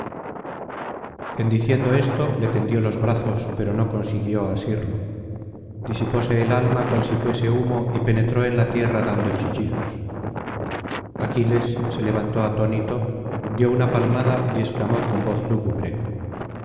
en diciendo esto le tendió los brazos pero no consiguió asirlo disipóse el alma cual si fuese humo y penetró en la tierra dando chillidos aquiles se levantó atónito dio una palmada y exclamó con voz lúgubre